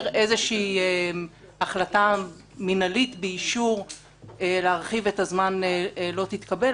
איזושהי החלטה מנהלית באישור להרחיב את הזמן לא תתקבל,